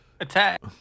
attack